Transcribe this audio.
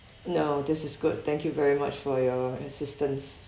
no this is good thank you very much for your assistance